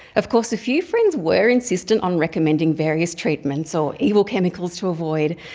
of course a few friends were insistent on recommending various treatments or evil chemicals to avoid,